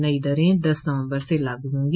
नई दरें दस नवंबर से लागू होंगी